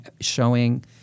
showing –